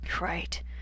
Right